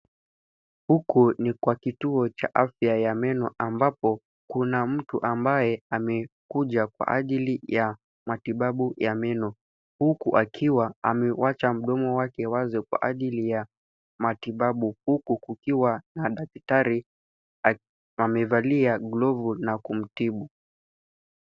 Huku ni kwa kituo cha afya ya meno ambapo kuna mtu ambaye amekuja kwa ajili ya matibabu ya meno huku akiwa ameacha mdomo wake wazi kwa ajili ya matibabu huku kukiwa na daktari amevalia glovu na kumtibu.